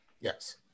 Yes